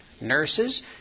nurses